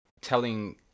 telling